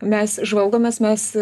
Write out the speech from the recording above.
mes žvalgomės mes